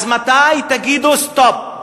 אז מתי תגידו סטופ,